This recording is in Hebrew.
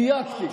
דייקתי.